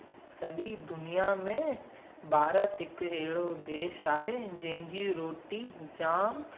सॼी दुनिया में भारत हिकु अहिड़ो देश आहे जंहिंजी रोटी जामु